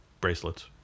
Bracelets